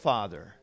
Father